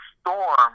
storm